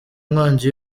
nkongi